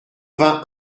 vingt